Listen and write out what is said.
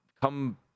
come